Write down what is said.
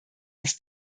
aus